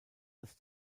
das